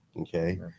okay